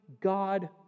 God